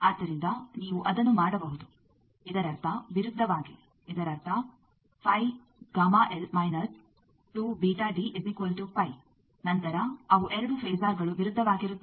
ಆದ್ದರಿಂದ ನೀವು ಅದನ್ನು ಮಾಡಬಹುದು ಇದರರ್ಥ ವಿರುದ್ಧವಾಗಿ ಇದರರ್ಥ ನಂತರ ಅವು 2 ಫೆಸರ್ಗಳು ವಿರುದ್ಧವಾಗಿರುತ್ತವೆ